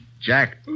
Jack